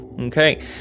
Okay